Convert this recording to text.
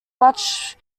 much